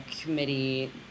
committee